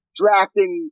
drafting